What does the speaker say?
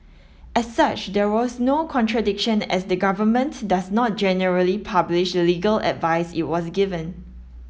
as such there was no contradiction as the government does not generally publish legal advice it was given